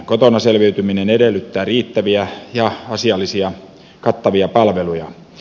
kotona selviytyminen edellyttää riittäviä ja asiallisia kattavia palveluja